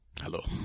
Hello